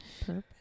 Purpose